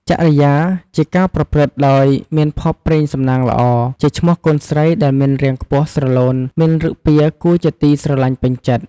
ចរិយា ជាការប្រព្រឹត្តដោយមានភ័ព្វព្រេងសំណាងល្អ ជាឈ្មោះកូនស្រីដែលមានរាងខ្ពស់ស្រឡូនមានឫកពាគួរជាទីស្រឡាញ់ពេញចិត្ត ។